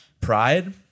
pride